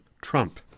Trump